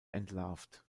entlarvt